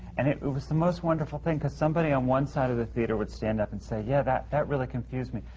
and it was the most wonderful thing, because somebody on one side of the theatre would stand up and say, yeah, that that really confused me.